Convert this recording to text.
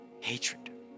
hatred